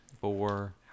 Four